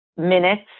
minutes